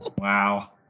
Wow